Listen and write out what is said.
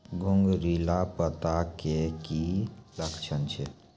घुंगरीला पत्ता के की लक्छण छै?